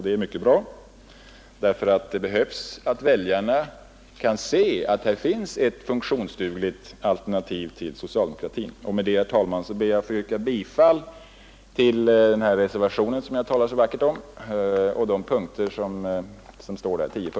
Det är mycket bra, därför att det behövs att väljarna kan se att här finns ett funktionsdugligt alternativ till socialdemokratin. Med dessa ord ber jag att få yrka bifall till den reservation jag talat för och de tio punkter som angivits i denna.